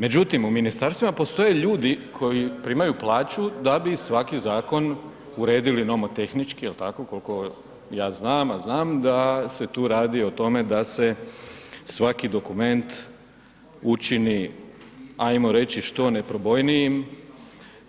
Međutim, u ministarstvima postoje ljudi koji primaju plaću da bi svaki zakon uredili, imamo tehnički, je li tako, koliko ja znam, a znam da se tu radi o tome da se svaki dokument učini, hajmo reći, što neprobojnijim,